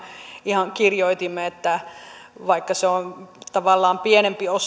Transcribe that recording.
ihan kirjoitimme että se on tavallaan pienempi